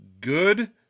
good